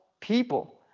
people